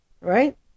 right